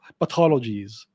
pathologies